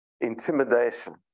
Intimidation